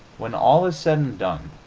when all is said and done,